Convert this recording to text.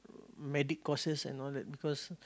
medic courses and all that because